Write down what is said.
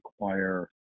require